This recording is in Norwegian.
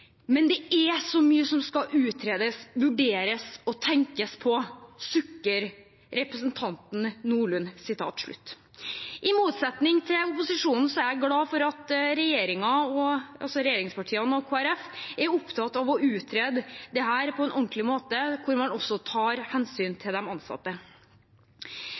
Men det er så mye som skal utredes, vurderes og tenkes på, sukker Willfred Nordlund.» I motsetning til opposisjonen er jeg glad for at regjeringspartiene og Kristelig Folkeparti er opptatt av å utrede dette på en ordentlig måte, der man også tar hensyn til de ansatte.